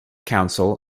council